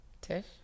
Tish